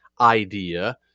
idea